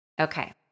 Okay